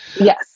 Yes